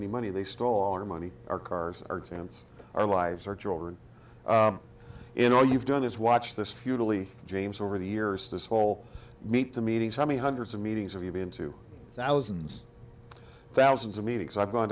any money they stole our money our cars our exams our lives our children in all you've done is watch this futilely james over the years this whole meet the meetings how many hundreds of meetings have you been to thousands thousands of meetings i've gone